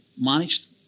managed